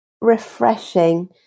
refreshing